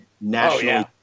national